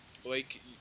Blake